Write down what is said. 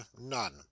none